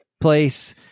place